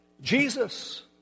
Jesus